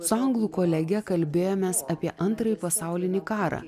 su anglų kolege kalbėjomės apie antrąjį pasaulinį karą